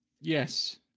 Yes